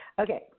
Okay